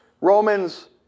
Romans